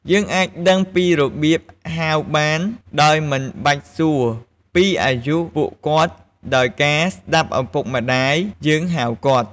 យើងអាចដឹងពីរបៀបហៅបានដោយមិនបាច់សួរពីអាយុពួកគាត់ដោយការស្តាប់ឪពុកម្តាយយើងហៅគាត់។